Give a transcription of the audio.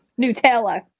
Nutella